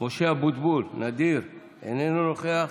משה אבוטבול, נדיר, איננו נוכח,